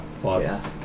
plus